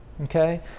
okay